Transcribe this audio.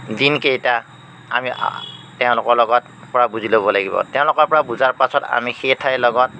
দিনকেইটা আমি তেওঁলোকৰ লগত পৰা বুজি ল'ব লাগিব তেওঁলোকৰ পৰা বুজাৰ পাছত আমি সেই ঠাইৰ লগত